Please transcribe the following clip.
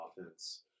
offense